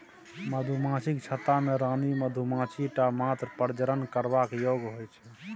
मधुमाछीक छत्ता मे रानी मधुमाछी टा मात्र प्रजनन करबाक योग्य होइ छै